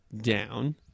Down